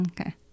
Okay